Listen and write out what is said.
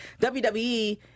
WWE